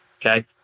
Okay